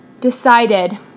decided